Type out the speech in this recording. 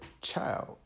child